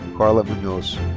karla munoz.